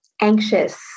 anxious